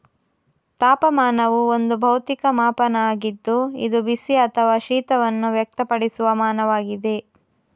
ತಾಪಮಾನವು ಒಂದು ಭೌತಿಕ ಮಾಪನ ಆಗಿದ್ದು ಇದು ಬಿಸಿ ಅಥವಾ ಶೀತವನ್ನು ವ್ಯಕ್ತಪಡಿಸುವ ಮಾನವಾಗಿದೆ